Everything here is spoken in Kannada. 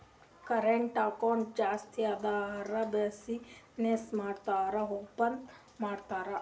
ಕರೆಂಟ್ ಅಕೌಂಟ್ ಜಾಸ್ತಿ ಅಂದುರ್ ಬಿಸಿನ್ನೆಸ್ ಮಾಡೂರು ಓಪನ್ ಮಾಡ್ತಾರ